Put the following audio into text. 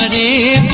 a